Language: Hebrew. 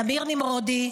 תמיר נמרודי,